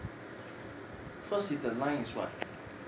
first in the line is what